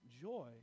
joy